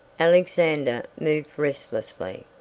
alexander moved restlessly.